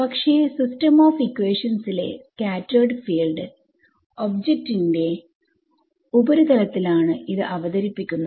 പക്ഷേ system of ഇക്വേഷൻസിലെ scattered ഫീൽഡ്ൽ ഒബ്ജക്റ്റ്ന്റെ ഉപരിതലത്തിലാണ് ഇത് അവതരിപ്പിക്കുന്നത്